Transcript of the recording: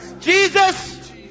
jesus